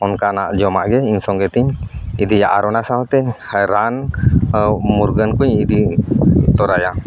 ᱚᱱᱠᱟᱱᱟᱜ ᱡᱚᱢᱟᱜ ᱜᱮ ᱤᱧ ᱥᱚᱸᱜᱮ ᱛᱤᱧ ᱤᱫᱤᱭᱟ ᱟᱨ ᱚᱱᱟ ᱥᱟᱶᱛᱮ ᱨᱟᱱ ᱢᱩᱨᱜᱟᱹᱱ ᱠᱚᱹᱧ ᱤᱫᱤ ᱛᱚᱨᱟᱭᱟ